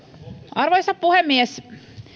arvoisa puhemies